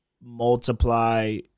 multiply